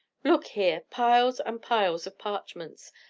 look here piles and piles of parchments!